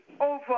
over